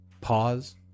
Pause